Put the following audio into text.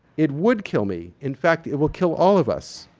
it would kill me. in fact, it will kill all of us.